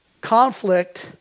conflict